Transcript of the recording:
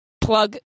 plug